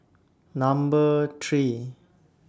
Number three